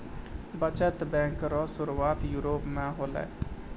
बचत बैंक रो सुरुआत यूरोप मे होलै